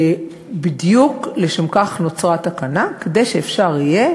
בדיוק לשם כך נוצרה התקנה, כדי שאפשר יהיה